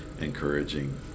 Encouraging